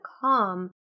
calm